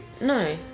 No